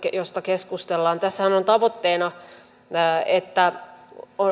josta keskustellaan tässähän on tavoitteena että